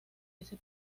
ese